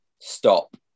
stop